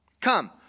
Come